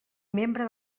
membre